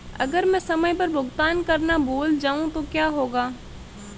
अगर मैं समय पर भुगतान करना भूल जाऊं तो क्या होगा?